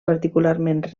particularment